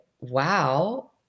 wow